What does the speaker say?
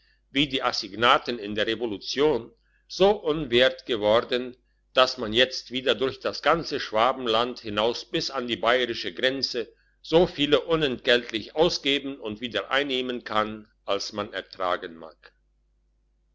wie die assignaten in der revolution so unwert worden dass man jetzt wieder durch das ganze schwabenland hinaus bis an die bayrische grenze so viele unentgeltlich ausgeben und wieder einnehmen kann als man ertragen mag